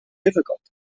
difficult